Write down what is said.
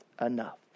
enough